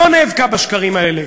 לא נאבקה בשקרים האלה,